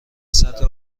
سطح